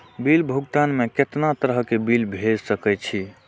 Bill भुगतान में कितना तरह के बिल भेज सके छी?